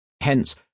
Hence